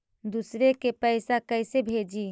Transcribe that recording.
दुसरे के पैसा कैसे भेजी?